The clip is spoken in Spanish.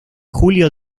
julio